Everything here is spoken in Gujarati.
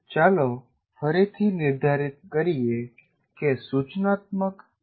ચાલો ફરીથી નિર્ધારિત કરીએ કે સૂચનાત્મક એકમ શું છે